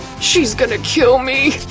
she's gonna kill me!